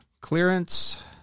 clearance